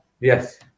yes